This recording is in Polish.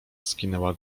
skinęła